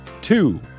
two